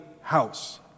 house